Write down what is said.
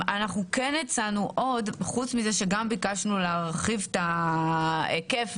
אנחנו כן הצענו חוץ מזה שגם ביקשנו להרחיב את ההיקף,